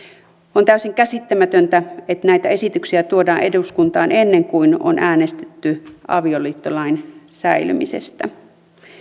on täysin käsittämätöntä että näitä esityksiä tuodaan eduskuntaan ennen kuin on äänestetty avioliittolain säilymisestä